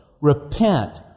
repent